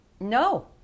No